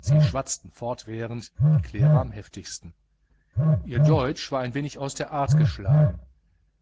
sie schwatzten fortwährend die claire am heftigsten ihr deutsch war ein wenig aus der art geschlagen